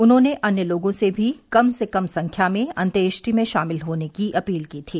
उन्होंने अन्य लोगों से भी कम से कम संख्या में अंत्येष्टि में शामिल होने की अपील की थी